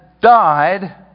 died